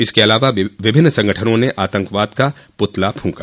इसके अलावा विभिन्न संगठनों ने आतंकवाद का पूतला फूंका